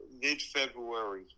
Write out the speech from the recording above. mid-February